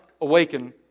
awaken